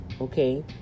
Okay